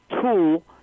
tool